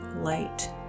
light